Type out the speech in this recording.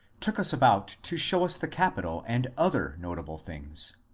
took us about to show us the capital and other notable things.